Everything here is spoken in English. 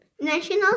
National